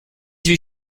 huit